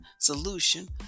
solution